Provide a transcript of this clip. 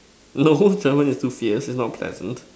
no German is too fierce it's not pleasant